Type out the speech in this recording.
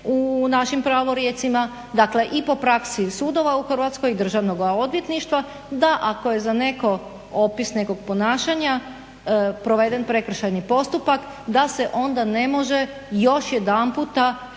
u našim pravorijecima, dakle i po praksi sudova u Hrvatskoj i Državnog odvjetništva da za ako je za neko opis nekog ponašanja proveden prekršajni postupak da se onda ne može još jedanput